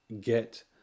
get